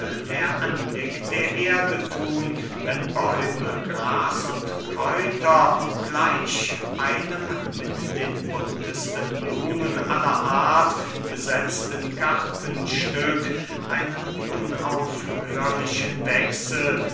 der anblick der erde thun wenn bäume gras und kräuter gleich einem mit den buntesten blumen aller art besetzten gartenstück einen unaufhörlichen wechsel